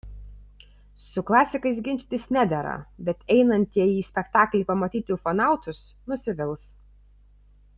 su klasikais ginčytis nedera bet einantieji į spektaklį pamatyti ufonautus nusivils